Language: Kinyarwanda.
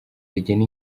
rigena